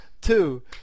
two